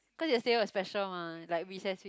cause yesterday was special mah like recess week